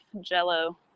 jello